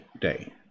day